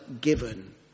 given